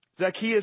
Zacchaeus